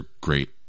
great